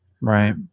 Right